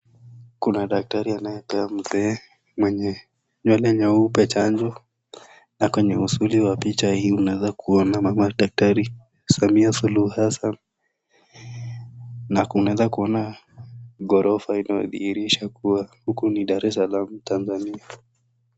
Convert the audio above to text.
Kuna daktari anayepea Mzee mwenye nywele nyeupe chanjo na kwenye usuli wa picha hii unaeza kuona mama daktari Samia Suruhu Hassan na unaeza kuona (cs)ghorofa(cs) inayodhihirisha kuwa huku ni Daresalaam Tanzania.